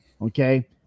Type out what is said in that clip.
Okay